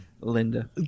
Linda